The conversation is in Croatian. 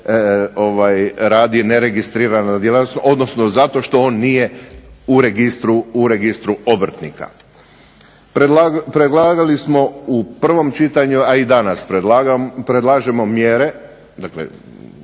radi neregistrirana djelatnost, odnosno zato što on nije u registru obrtnika. Predlagali smo u prvom čitanju, a i danas predlažemo mjere, dakle